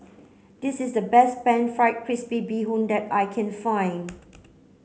this is the best pan fried crispy bee Hoon that I can find